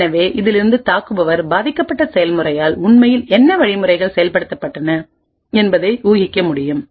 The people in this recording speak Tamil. எனவே இதிலிருந்து தாக்குபவர் பாதிக்கப்பட்ட செயல்முறையால் உண்மையில் என்ன வழிமுறைகள் செயல்படுத்தப்பட்டன என்பதை ஊகிக்க முடியும்